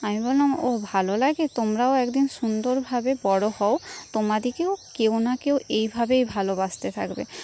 আমি বললাম ও ভালো লাগে তোমরাও একদিন সুন্দরভাবে বড়ো হও তোমাদেরকেও কেউ না কেউ এইভাবেই ভালোবাসতে থাকবে